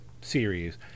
series